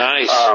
Nice